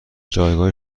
جایگاه